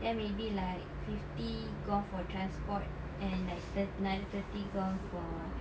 then maybe like fifty gone for transport and like thir~ nine thirty gone for